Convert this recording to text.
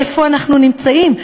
איפה אנחנו נמצאים?